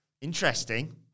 Interesting